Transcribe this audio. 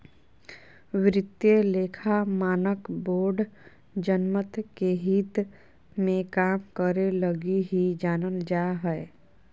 वित्तीय लेखा मानक बोर्ड जनमत के हित मे काम करे लगी ही जानल जा हय